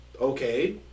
Okay